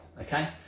okay